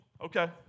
okay